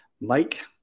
Mike